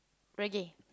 reggae